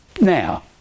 now